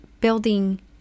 building